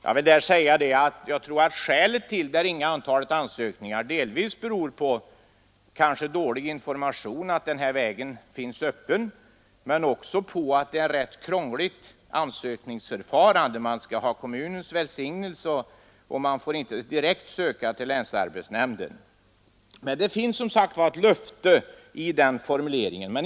En anledning till det ringa antalet ansökningar tror jag är dålig information om möjligheterna att få dessa anslag. En annan anledning kan vara att ansökningsförfarandet är rätt krångligt. Man skall ha kommunens välsignelse, och man får inte söka direkt hos länsarbetsnämnden. Men det ligger som sagt ett löfte i statsrådets formulering.